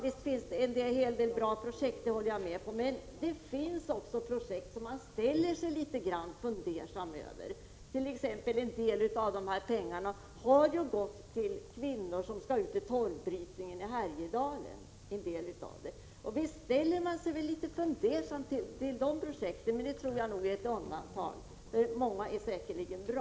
Det finns emellertid också projekt som man blir fundersam över. En del av pengarna hart.ex. gått till kvinnor som skall ut och bryta torv i Härjedalen. Men det projektet är kanske ett undantag, och de flesta är säkerligen bra.